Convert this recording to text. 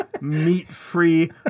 meat-free